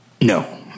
No